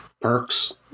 perks